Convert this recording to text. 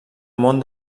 món